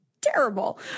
terrible